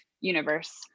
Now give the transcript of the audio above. universe